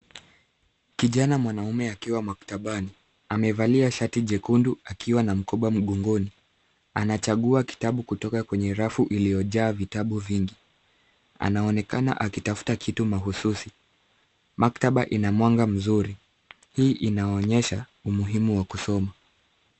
Kijana mwanamume akiwa maktabani. Amevalia shati jekundu akiwa na mkoba mgongoni. Anachagua kitabu kutoka kwenye rafu iliyojaa vitabu vingi. Anaonekana akitafuta kitu mahususi. Maktaba ina mwanga mzuri. Hii inaonyesha umuhimu wa kusoma.